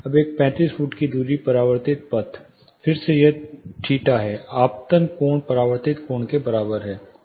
अब एक 35 फुट की दूरी परावर्तित पथ फिर से यह थीटा है आपतन कोण परावर्तित कोण के बराबर है